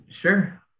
Sure